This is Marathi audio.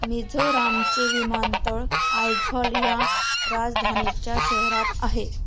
मिझोरामचे विमानतळ आयझॉल या राजधानीच्या शहरात आहे